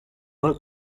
would